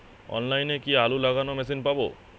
অনলাইনে কি আলু লাগানো মেশিন পাব?